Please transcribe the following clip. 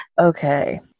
Okay